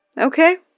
Okay